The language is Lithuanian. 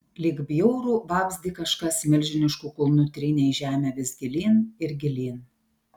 lyg bjaurų vabzdį kažkas milžinišku kulnu trynė į žemę vis gilyn ir gilyn